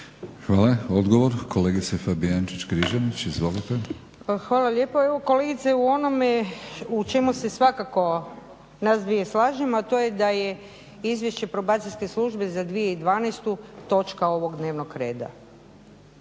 Izvolite. **Fabijančić Križanić, Vesna (SDP)** Pa hvala lijepa. Evo kolegice u onome u čemu se svakako nas dvije slažemo, a to je da je Izvješće Probacijske službe za 2012. točka ovog dnevnog reda,